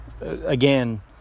again